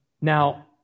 Now